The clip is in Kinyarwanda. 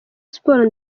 sports